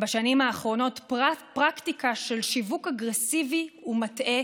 בשנים האחרונות פרקטיקה של שיווק אגרסיבי ומטעה